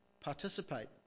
participate